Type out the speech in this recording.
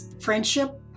friendship